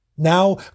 Now